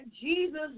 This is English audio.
Jesus